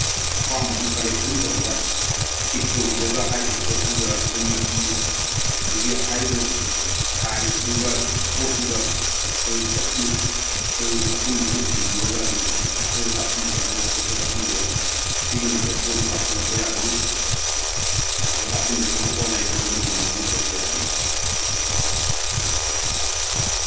ꯑꯄꯥꯝꯕ ꯑꯃ ꯀꯂꯦꯛꯁꯟ ꯇꯧꯔꯒ ꯄꯤꯛ ꯇꯧꯕꯤꯔꯒ ꯍꯥꯏꯔꯤꯕ ꯄꯣꯠꯇꯨꯗ ꯑꯩꯈꯣꯏ ꯃꯁꯦꯟ ꯑꯗꯒꯤ ꯍꯥꯏꯔꯤꯕ ꯁꯥꯏꯖꯇꯨꯒ ꯄꯣꯠꯇꯨꯒ ꯑꯩꯈꯣꯏ ꯃꯐꯝꯗꯨꯒ ꯊꯤꯟꯕꯤꯔꯒ ꯑꯗꯨꯝ ꯑꯩꯈꯣꯏꯗ ꯀꯥꯞꯁꯤꯟꯕꯤꯔꯛꯑꯒ ꯋꯥꯆꯞꯇ ꯀꯥꯞꯁꯤꯟꯕꯤꯔꯛꯑꯣ ꯁꯤꯒꯤ ꯅꯝꯕꯔꯁꯤꯗ ꯑꯗꯨꯝ ꯀꯥꯞꯁꯤꯜꯂꯛꯄ ꯌꯥꯒꯅꯤ ꯑꯗ ꯀꯥꯞꯁꯤꯟꯕꯤꯔꯛꯑꯒ ꯑꯣꯟꯂꯥꯏꯟꯗ ꯑꯗꯨꯝ ꯗꯤꯂꯤꯕꯔꯤ ꯇꯧꯔꯛꯄ ꯌꯥꯒꯅꯤ